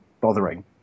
bothering